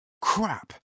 Crap